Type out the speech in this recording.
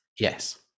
Yes